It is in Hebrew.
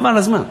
חבל על הזמן.